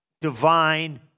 divine